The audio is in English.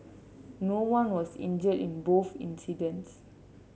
no one was injured in both incidents